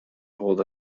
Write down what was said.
hold